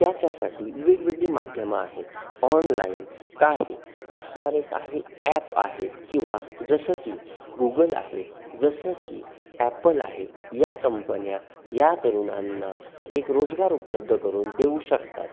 त्याच्यासाठी वेगवेगळी माध्यमं आहेत ऑनलाईन काही असणारे काही ॲप आहेत किंवा जसं की गुगल आहे जसं की ॲपल आहे या कंपन्या या तरुणांना एक रोजगार उपलब्ध करून देऊ शकतात